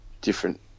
different